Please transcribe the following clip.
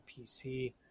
PC